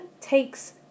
takes